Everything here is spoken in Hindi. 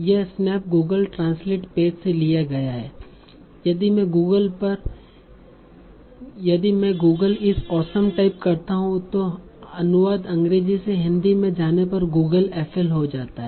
यह स्नेप गूगल ट्रांसलेट पेज से लिया गया है यदि मैं गूगल इस ओसम टाइप करता हूं तो अनुवाद अंग्रेजी से हिंदी में जाने पर गूगल FL हो जाता है